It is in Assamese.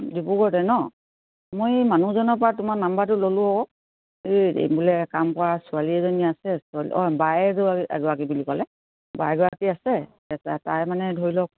ডিব্ৰুগড়তে ন মই এই মানুহজনৰ পৰা তোমাৰ নাম্বাৰটো ল'লোঁ আক এই এই বোলে কাম কৰা ছোৱালী এজনী আছে ছোৱালী অঁ বাই এগৰাকী বুলি ক'লে বাই এগৰাকী আছে তাই মানে ধৰি লওক